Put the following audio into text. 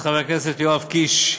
חבר הכנסת יואב קיש,